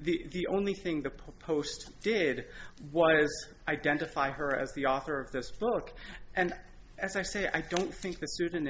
the only thing the post did why is identify her as the author of this book and as i say i don't think the pseud